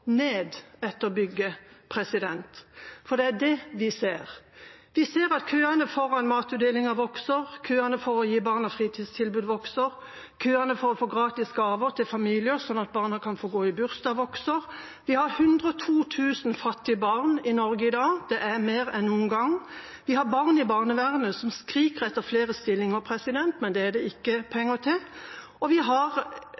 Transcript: etter «bygge», for det er det vi ser. Vi ser at køene foran matutdelinger vokser, køene for å gi barna fritidstilbud vokser, køene for å få gratis gaver til familier, sånn at barna kan få gå i bursdag, vokser. Vi har 102 000 fattige barn i Norge i dag. Det er mer enn noen gang. Vi har barn i barnevernet, som skriker etter flere stillinger, men det er det ikke